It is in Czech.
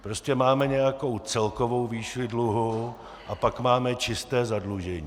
Prostě máme nějakou celkovou výši dluhu a pak máme čisté zadlužení.